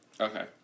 Okay